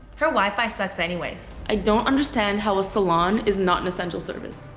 her wifi sucks anyways. i don't understand how a salon is not an essential service.